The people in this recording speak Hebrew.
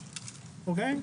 אוקיי?